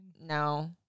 no